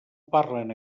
parlen